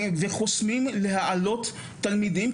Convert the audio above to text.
חוסמים להעלות תלמידים.